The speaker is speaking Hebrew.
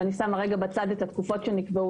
ואני שמה רגע בצד את התקופות שנקבעו,